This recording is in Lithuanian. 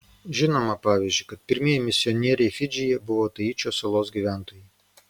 žinoma pavyzdžiui kad pirmieji misionieriai fidžyje buvo taičio salos gyventojai